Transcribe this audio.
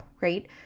right